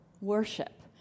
worship